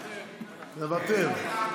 מוותר,